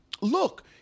look